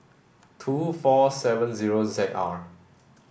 two four seven zero Z R